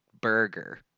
burger